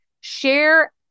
share